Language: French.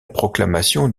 proclamation